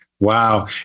Wow